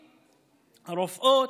הרופאות,